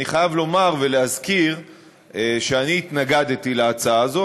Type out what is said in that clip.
אני חייב לומר ולהזכיר שאני התנגדתי להצעה הזאת,